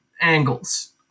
angles